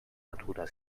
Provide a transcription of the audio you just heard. natura